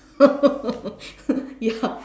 ya